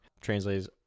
translates